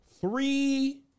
Three